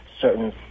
certain